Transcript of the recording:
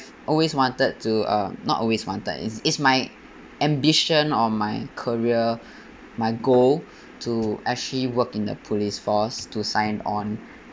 always wanted to uh not always wanted it's my ambition or my career my goal to actually work in the police force to sign on